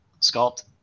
sculpt